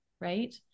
Right